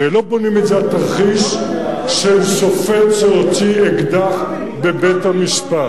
הרי לא בונים את זה על תרחיש של שופט שהוציא אקדח בבית-המשפט,